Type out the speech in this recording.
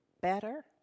better